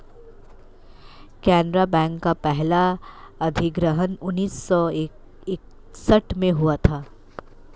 Canara bank का पहला अधिग्रहण उन्नीस सौ इकसठ में हुआ था